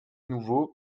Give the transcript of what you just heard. nouveau